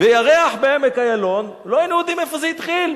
וירח בעמק אילון" לא היינו יודעים איפה זה התחיל,